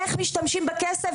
איך משתמשים בכסף,